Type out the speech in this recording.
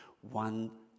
one